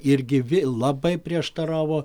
irgi vi labai prieštaravo